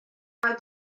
beth